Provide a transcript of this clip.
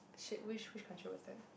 !shit! which which country was that